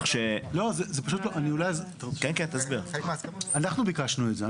אנחנו ביקשנו את זה.